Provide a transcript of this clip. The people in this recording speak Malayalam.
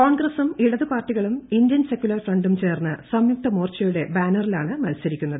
കോൺഗ്രസും ഇടത് പാർട്ടികളും ഇന്ത്യൻ സെക്യുലർ ഫ്രണ്ടും ചേർന്ന് സംയുക്ത മോർച്ചയുടെ ബാനറിലാണ് മത്സരിക്കുന്നത്